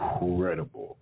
incredible